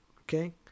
Okay